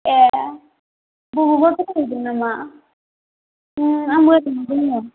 ए बबावबा बेरायगोन नामा आंबो ओरैनो दङ